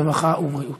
הרווחה והבריאות.